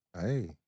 Hey